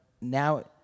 now